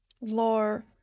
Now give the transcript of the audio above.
lore